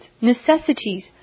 necessities